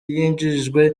yinjijwe